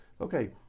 Okay